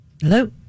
Hello